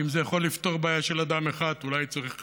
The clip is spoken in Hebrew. אם זה יכול לפתור בעיה של אדם אחד, אולי צריך